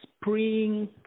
spring